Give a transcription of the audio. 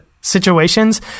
situations